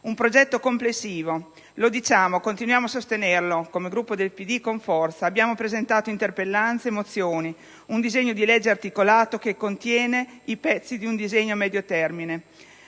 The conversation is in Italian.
Un progetto complessivo: lo diciamo e continuiamo a sostenerlo con forza come Gruppo del PD. Abbiamo presentato interpellanze, mozioni e un disegno di legge articolato che contiene i pezzi di un disegno a medio termine,